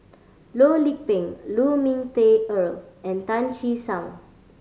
Loh Lik Peng Lu Ming Teh Earl and Tan Che Sang